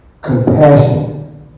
Compassion